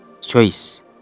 Choice